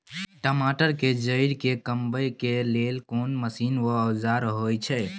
टमाटर के जईर के कमबै के लेल कोन मसीन व औजार होय छै?